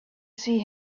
see